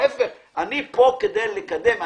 להיפך, אני פה כדי לקדם.